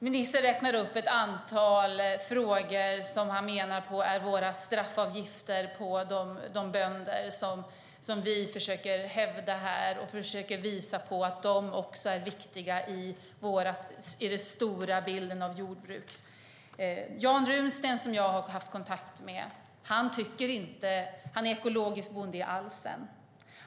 Ministern räknar upp ett antal saker som han menar är våra straffavgifter på de bönder som vi försöker visa är viktiga i den stora bilden av jordbruket. Jag har haft kontakt med Jan Runsten. Han är ekologisk bonde i Alsen.